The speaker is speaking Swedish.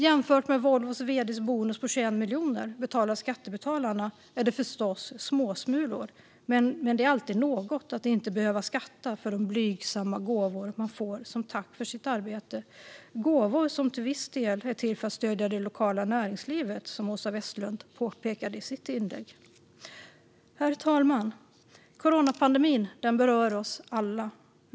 Jämfört med Volvos vd:s bonus på 21 miljoner, betalad av skattebetalarna, är det förstås småsmulor, men det är alltid något att inte behöva skatta för de blygsamma gåvor man får som tack för sitt arbete, gåvor som till viss del är till för att stödja det lokala näringslivet, som Åsa Westlund påpekade i sitt inlägg. Herr talman! Coronapandemin berör oss alla.